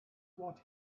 what